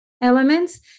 elements